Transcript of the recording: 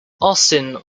austin